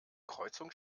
kreuzung